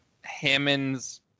Hammond's